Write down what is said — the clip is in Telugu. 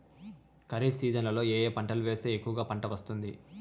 ఖరీఫ్ సీజన్లలో ఏ ఏ పంటలు వేస్తే ఎక్కువగా పంట వస్తుంది?